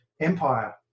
empire